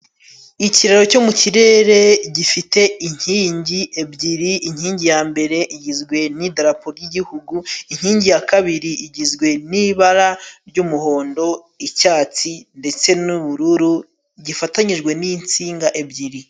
Ikiraro cyo mu kirere gifite inkingi ebyiri. Inkingi ya mbere igizwe n'idarapo ry'Igihugu, inkingi ya kabiri igizwe n'ibara ry'umuhondo, icyatsi ndetse n'ubururu gifatanijwe n'insinga ebyiri.